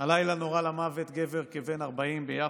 הלילה נורה למוות גבר כבן 40 ביפו,